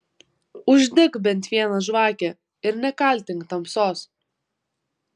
uždek bent vieną žvakę ir nekaltink tamsos